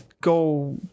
go